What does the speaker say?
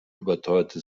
überteuerte